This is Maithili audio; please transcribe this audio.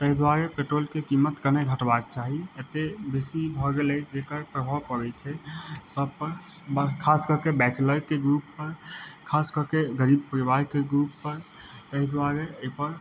ताहि दुआरे पेट्रोलके कीमत कने घटबाक चाही एते बेसी भऽ गेल अछि जेकर प्रभाव पड़ै छै सब पर खास कऽके बैचलरके ग्रुप पर खास कऽके गरीब परिवारके ग्रुप पर ताहि दुआरे एहि पर